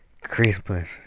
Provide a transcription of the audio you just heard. christmas